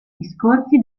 discorsi